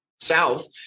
south